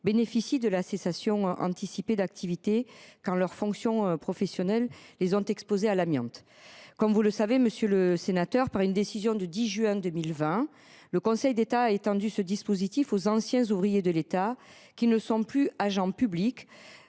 bénéficient de la cessation anticipée d’activité quand leurs fonctions professionnelles les ont exposés à l’amiante. Comme vous le savez, par une décision du 10 juin 2020, le Conseil d’État a étendu ce dispositif aux anciens ouvriers de l’État qui n’étaient plus agents publics